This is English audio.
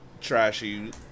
trashy